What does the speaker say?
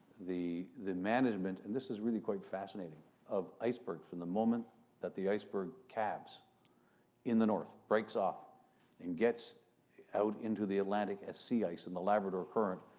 the the management and this is really quite fascinating of iceberg from the moment that the iceberg calves in the north, breaks off and gets out into the atlantic as sea ice in and the labrador current,